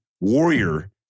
Warrior